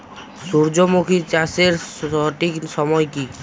সূর্যমুখী চাষের সঠিক সময় কি?